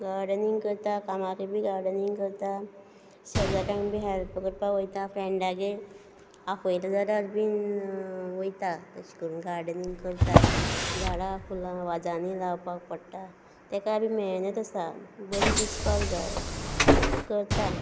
gardening करता कामारूय बी गार्डनिंग करता शेजाऱ्यांक बी हॅल्प करपाक वयता फ्रेंडागेर आपयलें जाल्यार बी वयता तश करून गार्डनिंग करता झाडां फुलां वाजांनी लावपाक पडटा तेका बी मेहनत आसता बरीं दिसपाक जाय करता